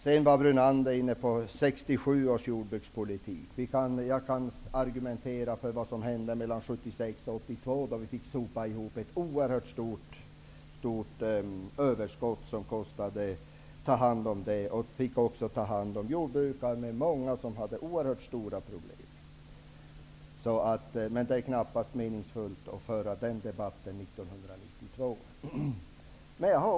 Lennart Brunander berörde 1967 års jordbrukspolitik. Jag kan tala om vad som hände 1976--1982. Vi fick då sopa ihop ett oerhört stort och kostsamt överskott och ta hand om det. Vi fick också ta hand om många jordbrukare som hade oerhört stora problem. Det är knappast meningsfullt att föra den debatten år 1993.